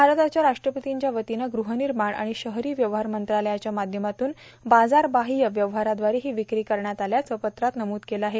भारताच्या राष्ट्रपतींच्या वतीनं गृहनिर्माण आणि शहरी व्यवहार मंत्रालयाच्या माध्यमातून बाजारबाह्य व्यवहाराद्वारे ही विक्री करण्यात आल्याचं पत्रात नमूद केलं आहे